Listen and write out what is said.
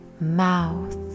mouth